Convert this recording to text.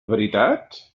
veritat